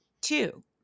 Two